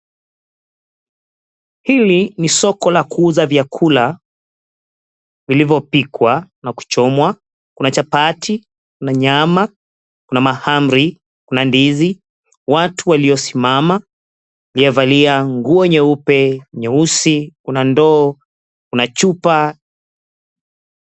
Hili ni soko la kuuza vyakula, vilivyopikwa na kuchomwa. Kuna chapati, kuna nyama, kuna mahamri, kuna ndizi, watu waliosimama, aliyevalia nguo nyeupe, nyeusi, kuna ndoo, kuna chupa.